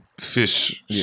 fish